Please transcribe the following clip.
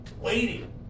waiting